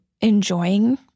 enjoying